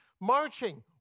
marching